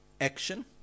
action